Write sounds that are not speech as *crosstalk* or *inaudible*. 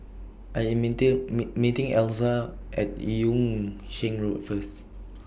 I Am meeting *hesitation* meeting Elza At Yung Sheng Road First